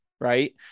right